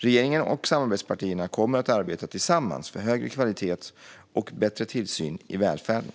Regeringen och samarbetspartierna kommer att arbeta tillsammans för högre kvalitet och bättre tillsyn i välfärden.